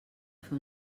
fer